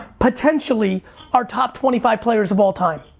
potentially are top twenty five players of all time.